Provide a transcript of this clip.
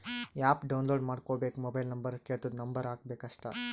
app download ಮಾಡ್ಕೋಬೇಕ್ mobile number ಕೆಳ್ತುದ್ number ಹಾಕಬೇಕ ಅಷ್ಟೇ